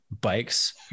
bikes